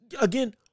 again